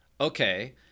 Okay